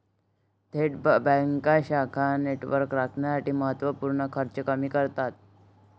थेट बँका शाखा नेटवर्क राखण्यासाठी महत्त्व पूर्ण खर्च कमी करतात